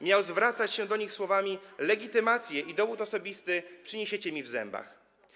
Miał zwracać się do nich słowami: Legitymację i dowód osobisty przyniesiecie mi w zębach.